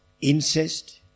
incest